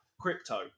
crypto